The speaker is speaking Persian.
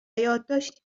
یادداشتی